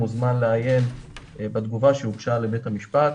מוזמן לעיין בתגובה שהוגשה לבית המשפט,